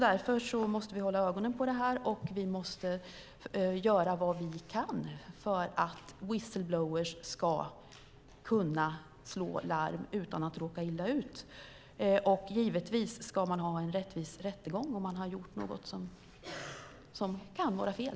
Därför måste vi hålla ögonen på detta och göra vad vi kan för att whistleblowers ska kunna slå larm utan att råka illa ut. Givetvis ska man få en rättvis rättegång om man har gjort något som kan vara fel.